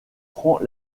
prend